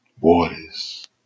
waters